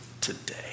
today